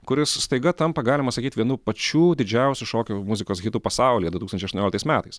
kuris staiga tampa galima sakyt vienu pačiu didžiausių šokių muzikos hitų pasaulyje du tūkstančiai aštuonioliktais metais